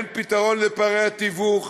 אין פתרון לפערי התיווך,